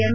M